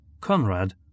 Conrad